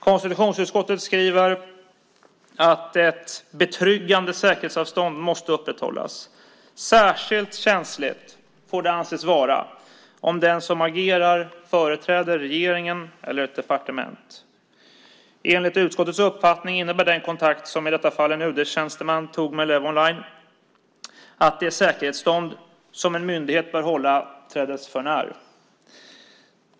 Konstitutionsutskottet skriver att ett betryggande säkerhetsavstånd måste upprätthållas. Särskilt känsligt får det anses vara om den som agerar företräder regeringen eller ett departement. Enligt utskottets uppfattning innebär den kontakt som i detta fall en UD-tjänsteman tog med Levonline att det säkerhetsavstånd som en myndighet bör hålla träddes för när.